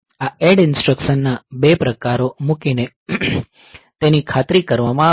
આ ADD ઇન્સટ્રકશનના 2 પ્રકારો મૂકીને તેની ખાતરી કરવામાં આવે છે